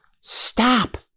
stop